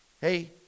hey